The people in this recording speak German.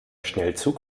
schnellzug